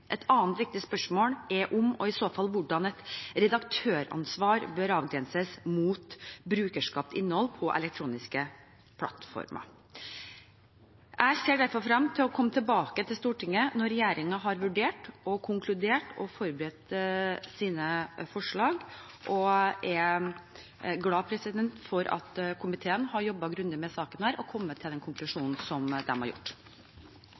Et annet viktig spørsmål er om, og i så fall hvordan, et redaktøransvar bør avgrenses mot brukerskapt innhold på elektroniske plattformer. Jeg ser derfor frem til å komme tilbake til Stortinget når regjeringen har vurdert, konkludert og forberedt sine forslag. Jeg er glad for at komiteen har jobbet grundig med denne saken, og at de har kommet frem til den konklusjonen som de har.